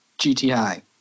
GTI